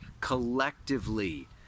Collectively